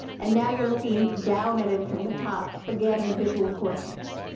and now you're looking down at it from the top again, the visual cortex.